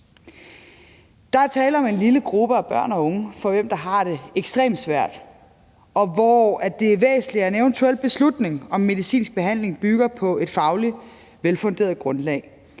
Der er tale om en lille gruppe af børn og unge, som har det ekstremt svært, og for hvem det er væsentligt, at en eventuel beslutning om medicinsk behandling bygger på et fagligt velfunderet grundlag.